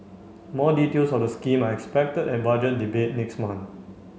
more details of the scheme are expected at Budget Debate next month